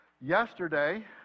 yesterday